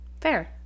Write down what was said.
Fair